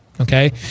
Okay